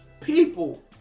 People